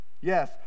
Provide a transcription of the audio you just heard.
yes